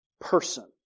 person